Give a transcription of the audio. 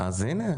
אז הנה,